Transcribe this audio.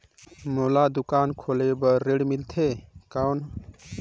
मोला दुकान खोले बार ऋण मिलथे कौन?